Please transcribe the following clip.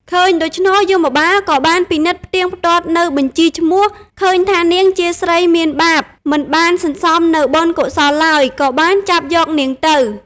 ឃើញដូច្នោះយមបាលក៏បានពិនិត្យផ្តៀងផ្ទាត់នៅបញ្ជីឈ្មោះ ឃើញថានាងជាស្រីមានបាប មិនបានសន្សំនូវបុណ្យកុសលឡើយ ក៏បានចាប់យកនាងទៅ។